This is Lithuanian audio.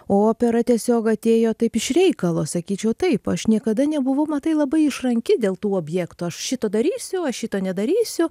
o opera tiesiog atėjo taip iš reikalo sakyčiau taip aš niekada nebuvau matai labai išranki dėl tų objektų aš šitą darysiu aš šito nedarysiu